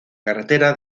carretera